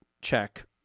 check